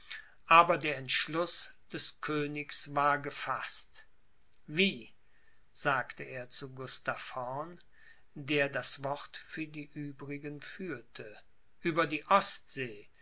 aber der entschluß des königs war gefaßt wie sagte er zu gustav horn der das wort für die uebrigen führte über die ostsee